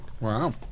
Wow